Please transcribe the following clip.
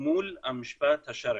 מול המשפט השרעי,